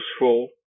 useful